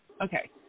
Okay